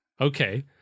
Okay